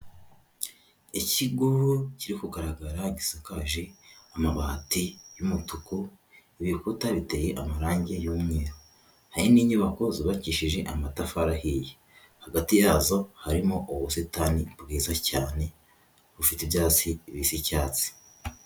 Ikigo kiri kugaragara gisakaje amabati y'umutuku, ibikuta biteye amarangi y'umweru, hari n'inyubako zubakishije amatafari ahiye, hagati yazo harimo ubusitani bwiza cyane bufite ibyatsi bisa icyatsi.